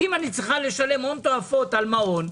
"אם אני צריכה לשלם הון תועפות על מעון,